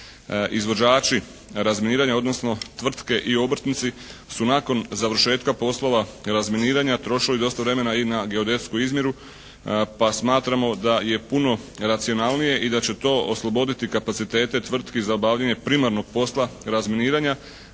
izvođači razminiranja odnosno tvrtke i obrtnici su nakon završetka poslova razminiranja trošili dosta vremena i na geodetsku izmjeru pa smatramo, da je puno racionalnije i da će to osloboditi kapacitete tvrtki za obavljanje primarnog posla razminiranja,